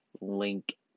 link